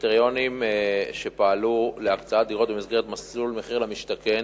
הקריטריונים שפעלו להקצאת דירות במסגרת מסלול מחיר למשתכן